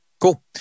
cool